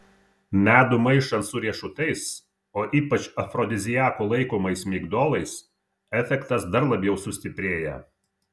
medų maišant su riešutais o ypač afrodiziaku laikomais migdolais efektas dar labiau sustiprėja